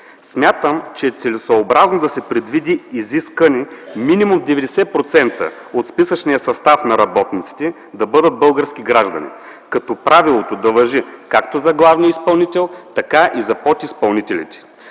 Смятам, че е целесъобразно да се предвиди изискване минимум 90% от списъчния състав на работниците да бъдат български граждани, като правилото да важи както за главния изпълнител, така и за подизпълнителите.